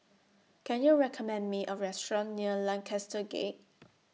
Can YOU recommend Me A Restaurant near Lancaster Gate